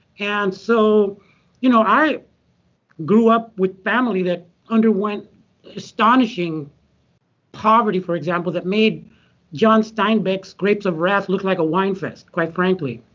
and so you know i grew up with family that underwent astonishing poverty, for example, that made john steinbeck's grapes of wrath look like a wine fest, quite frankly.